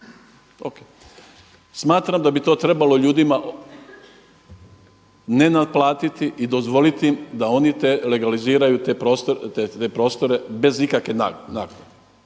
Ok. Smatram da bi to trebalo ljudi ne naplatiti i dozvoliti im da oni legaliziraju te prostore bez ikakve naknade.